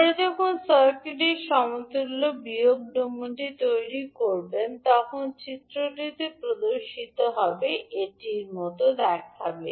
আপনি যখন সার্কিটের সমতুল্য বিয়োগ ডোমেনটি তৈরি করবেন তখন চিত্রটিতে প্রদর্শিত হবে এটির মতো দেখাবে